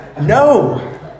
No